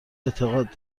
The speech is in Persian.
اعتقاد